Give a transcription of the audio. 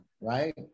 Right